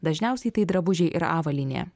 dažniausiai tai drabužiai ir avalynė